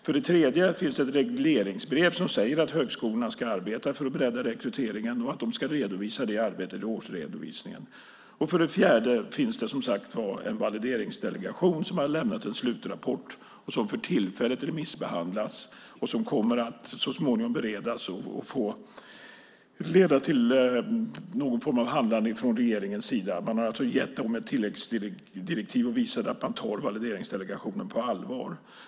För det tredje finns det ett regleringsbrev som säger att högskolorna ska arbeta för att bredda rekryteringen, och det arbetet ska redovisas i årsredovisningen. För det fjärde finns, som sagt, Valideringsdelegationen som lämnat sin slutrapport. Den remissbehandlas för närvarande och kommer så småningom att beredas för att därefter leda till någon form av handlande från regeringens sida. Man har alltså gett Valideringsdelegationen ett tilläggsdirektiv och visat att man tar dess arbete på allvar.